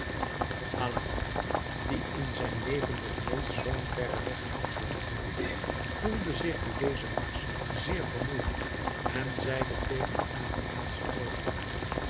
aladdin die in zijn leven nog nooit zoo'n verren weg afgelegd had voelde zich door dezen marsch zeer vermoeid en zeide tegen den afrikaanschen toovenaar